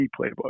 playbook